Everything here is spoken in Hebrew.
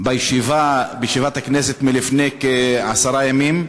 בישיבת הכנסת לפני כעשרה ימים.